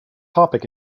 topic